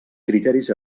criteris